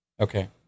Okay